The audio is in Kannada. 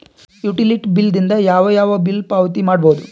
ಯುಟಿಲಿಟಿ ಬಿಲ್ ದಿಂದ ಯಾವ ಯಾವ ಬಿಲ್ ಪಾವತಿ ಮಾಡಬಹುದು?